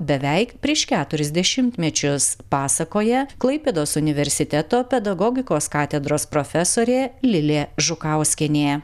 beveik prieš keturis dešimtmečius pasakoja klaipėdos universiteto pedagogikos katedros profesorė lilė žukauskienė